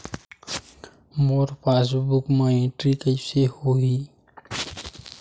मोर passbook मा entry कइसे होही?